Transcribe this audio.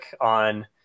on